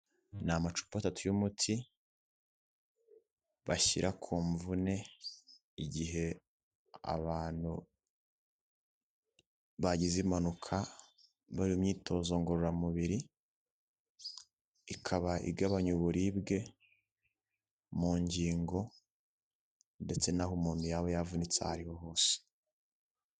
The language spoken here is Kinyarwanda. Ni amacupa atatu y'umuti bashyira ku mvune igihe abantu bagize impanuka bari imyitozo ngororamubiri, ikaba igabanya uburibwe mu ngingo ndetse n'aho umuntu yaba yavunitse aho ariho hose.